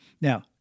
Now